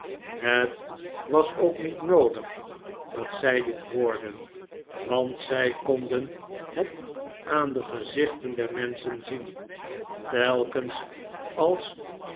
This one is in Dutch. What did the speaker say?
het was ook niet noodig dat zij dit hoorden want zij konden het aaa de gezichten der menschen zien telkens als